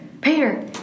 peter